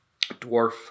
dwarf